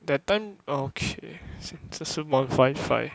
that time oh okay 只是 one five five